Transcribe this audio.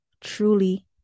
truly